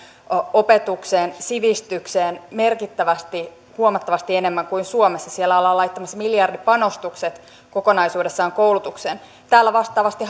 opetukseen sivistykseen merkittävästi huomattavasti enemmän kuin suomessa siellä ollaan laittamassa miljardipanostukset kokonaisuudessaan koulutukseen täällä vastaavasti